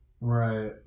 Right